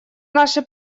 наши